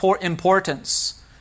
importance